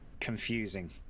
confusing